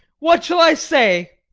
what shall i say?